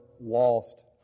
lost